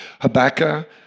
Habakkuk